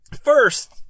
first